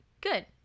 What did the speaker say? good